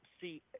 see